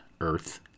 earth